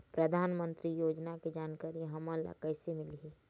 परधानमंतरी योजना के जानकारी हमन ल कइसे मिलही?